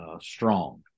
strong